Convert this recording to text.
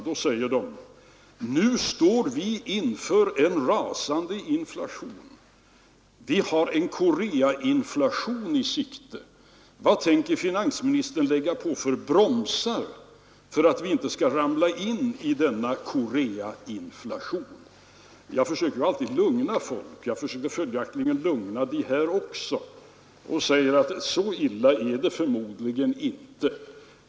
De säger: Nu står vi förmodligen inför en rasande inflation, vi har en Koreainflation i sikte. Vilka bromsar tänker finansministern lägga på för att vi inte skall ramla in i denna Koreainflation? Jag försöker alltid lugna folk, och följaktligen försökte jag det då också. Jag säger därför: Så illa är det förmodligen inte.